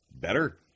better